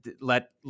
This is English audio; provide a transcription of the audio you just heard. let